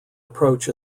approach